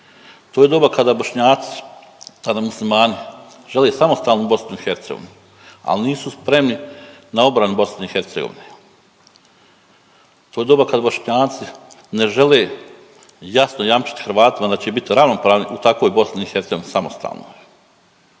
To je doba kada Bošnjaci, tada muslimani žele samostalnu BiH, ali nisu spremni na obranu BiH. To je doba kad Bošnjaci ne žele jasno jamčiti Hrvatima da će biti ravnopravni u takvoj BiH, samostalnoj.